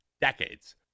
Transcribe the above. decades